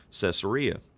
Caesarea